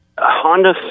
Honda